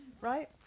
right